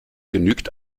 genügt